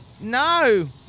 no